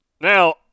Now